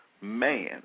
man